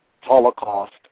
Holocaust